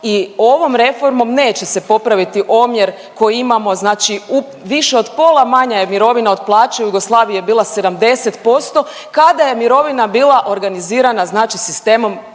i ovom reformom neće se popraviti omjer koji imamo znači u više od pola manja je mirovina od plaće, u Jugoslaviji je bila 70% kada je mirovina bila organizirana znači sistemom